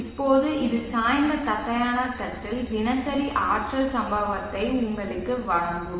இப்போது இது சாய்ந்த தட்டையான தட்டில் தினசரி ஆற்றல் சம்பவத்தை உங்களுக்கு வழங்கும்